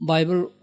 Bible